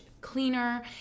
cleaner